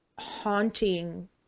haunting